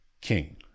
king